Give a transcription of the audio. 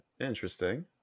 Interesting